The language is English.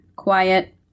Quiet